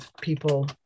people